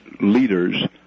leaders